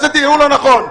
איזה תיאור לא נכון?